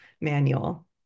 manual